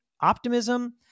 optimism